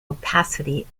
opacity